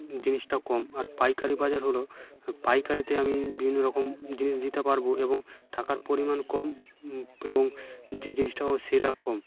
জিনিসটাও কম আর পাইকারি বাজার হলো পাইকারিতে আমি বিভিন্ন রকম জিনিস দিতে পারবো এবং টাকার পরিমাণ কম এবং যে জিনিসটা পাবো সেটা কম